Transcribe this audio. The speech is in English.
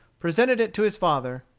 presented it to his father,